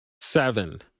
Seven